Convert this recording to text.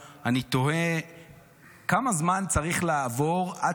זה ממש התפרק פה כשהורדתם את אורית,